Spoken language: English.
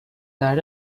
there